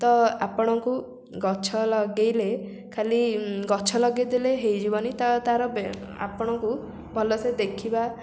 ତ ଆପଣଙ୍କୁ ଗଛ ଲଗେଇଲେ ଖାଲି ଗଛ ଲଗେଇ ଦେଲେ ହେଇଯିବନି ତ ତାର ବେ ଆପଣଙ୍କୁ ଭଲସେ ଦେଖିବା